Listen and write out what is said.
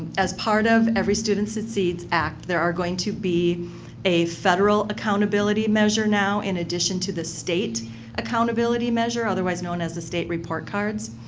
as part of every student succeeds act, they're going to be a federal accountability measure now in addition to the state accountability measure, otherwise known as the state report cards.